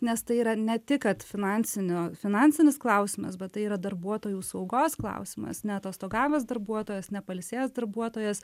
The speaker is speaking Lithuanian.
nes tai yra ne tik kad finansinių finansinis klausimas bet tai yra darbuotojų saugos klausimas neatostogavęs darbuotojas nepailsėjęs darbuotojas